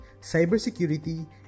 cybersecurity